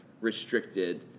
restricted